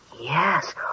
Yes